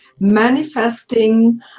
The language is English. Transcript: manifesting